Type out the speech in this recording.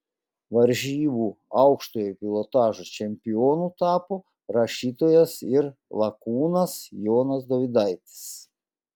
varžybų aukštojo pilotažo čempionu tapo rašytojas ir lakūnas jonas dovydaitis